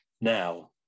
now